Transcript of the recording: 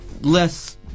less